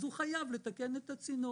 הוא חייב לתקן את הצינור.